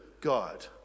God